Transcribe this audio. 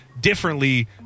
differently